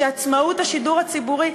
שעצמאות השידור הציבורי,